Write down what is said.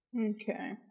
Okay